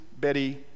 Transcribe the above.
Betty